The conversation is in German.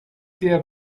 sehr